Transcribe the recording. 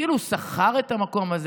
כאילו הוא שכר את המקום הזה,